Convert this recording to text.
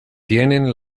tienen